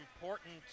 important